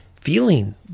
feeling